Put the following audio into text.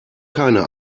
keine